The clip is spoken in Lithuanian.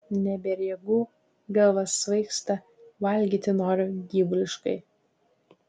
nebėr jėgų galva svaigsta valgyti noriu gyvuliškai